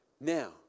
Now